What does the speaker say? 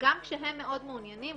גם כשהם מאוד מעוניינים,